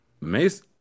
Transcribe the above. Mace